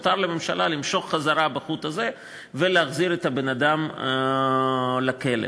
למשוך חזרה בחוט הזה ולהחזיר את הבן-אדם לכלא.